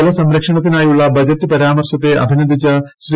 ജലസംരക്ഷണത്തിനായുള്ള budget പരാമർശത്തെ അഭിനന്ദിച്ച ശ്രീ